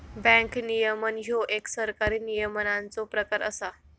bank नियमन ह्यो एक सरकारी नियमनाचो प्रकार असा